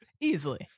Easily